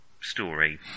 story